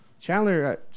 Chandler